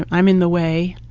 i'm in the way.